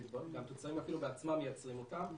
--- אפילו בעצמם מייצרים אותם,